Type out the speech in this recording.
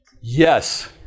Yes